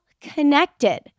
connected